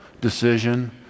decision